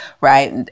right